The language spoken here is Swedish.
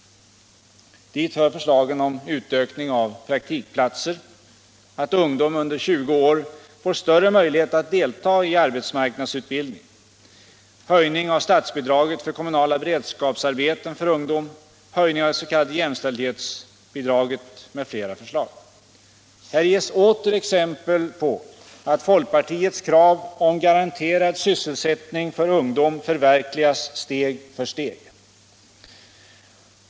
Dit hör förslagen om utökning av praktikplatser, att ungdom under 20 år får större möjlighet att delta i arbetsmarknadsutbildning, höjning av statsbidraget för kommunala beredskapsarbeten för ungdom, höjning av det s.k. jämställdhetsbidraget m.fl. Här ges åter exempel på att folkpartiets krav på garanterad sysselsättning för ungdom förverkligas steg för steg.